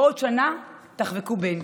ממש כך, כעת חיה בעוד שנה תחבקו בן.